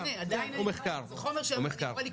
לא משנה, בכל זאת זה חומר שאני אמורה לקרוא.